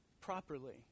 Properly